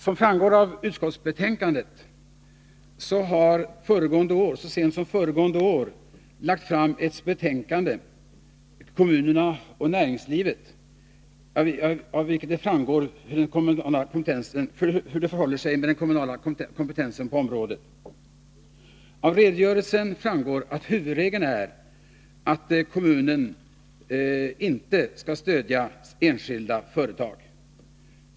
Som framgår av utskottsbetänkandet har så sent som föregående år framlagts ett betänkande ”Kommunerna och näringslivet” av vilket det framgår hur det förhåller sig med den kommunala kompetensen på området. Av redogörelsen framgår att huvudregeln är att kommunen inte skall stödja enskilda företag.